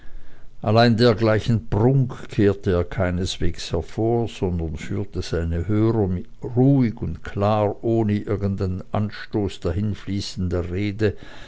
allein dergleichen prunk kehrte er keineswegs hervor sondern führte seine hörer mit ruhig und klar ohne irgendeinen anstoß dahinfließender rede